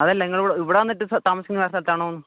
അതല്ല നിങ്ങൾ ഇവിടെ വന്നിട്ട് താമസിക്കുന്നത് വേറെ സ്ഥലത്താണോ എന്ന്